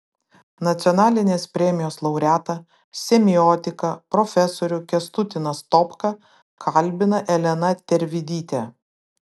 nacionalinės premijos laureatą semiotiką profesorių kęstutį nastopką kalbina elena tervidytė